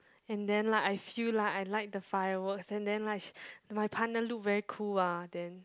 and then like I feel like I like the fireworks and then like my partner look very cool ah then